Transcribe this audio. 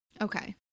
okay